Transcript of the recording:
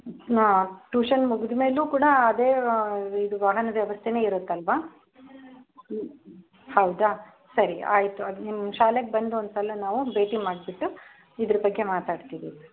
ಹಾಂ ಟ್ಯೂಷನ್ ಮುಗಿದ್ಮೇಲೂ ಕೂಡ ಅದೇ ವಾ ಇದು ವಾಹನದ ವ್ಯವಸ್ಥೆ ಇರುತ್ತಲ್ವಾ ಹೌದಾ ಸರಿ ಆಯಿತು ಅದು ನಿಮ್ಮ ಶಾಲೆಗೆ ಬಂದು ಒಂದುಸಲ ನಾವು ಭೇಟಿ ಮಾಡಿಬಿಟ್ಟು ಇದರ ಬಗ್ಗೆ ಮಾತಾಡ್ತೀವಿ